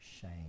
shame